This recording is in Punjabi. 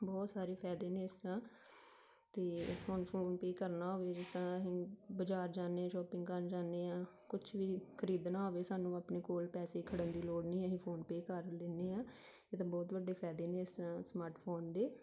ਬਹੁਤ ਸਾਰੇ ਫ਼ਾਇਦੇ ਨੇ ਇਸ ਤਰ੍ਹਾਂ ਅਤੇ ਫੋਨ ਫੂਨ ਪੇ ਕਰਨਾ ਹੋਵੇ ਤਾਂ ਅਸੀਂ ਬਾਜ਼ਾਰ ਜਾਂਦੇ ਸ਼ੋਪਿੰਗ ਕਰਨ ਜਾਂਦੇ ਹਾਂ ਕੁਛ ਵੀ ਖਰੀਦਣਾ ਹੋਵੇ ਸਾਨੂੰ ਆਪਣੇ ਕੋਲ ਪੈਸੇ ਫੜਨ ਦੀ ਲੋੜ ਨਹੀਂ ਅਸੀਂ ਫੋਨਪੇ ਕਰ ਦਿੰਦੇ ਹਾਂ ਇਹ ਦੇ ਬਹੁਤ ਵੱਡੇ ਫ਼ਾਇਦੇ ਨੇ ਇਸ ਤਰ੍ਹਾਂ ਸਮਾਰਟ ਫੋਨ ਦੇ